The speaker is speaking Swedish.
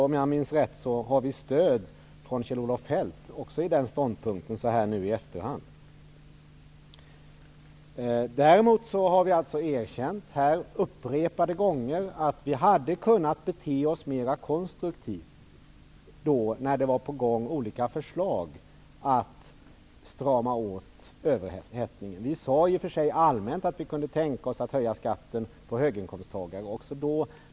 Om jag minns rätt har vi i efterhand för övrigt stöd också från Kjell-Olof Däremot har vi här upprepade gånger erkänt att vi hade kunnat bete oss mera konstruktivt då olika förslag var på gång om att strama åt när det gällde överhettningen. I och för sig sade vi också då allmänt att vi kunde tänka oss att höja skatten för höginkomsttagare.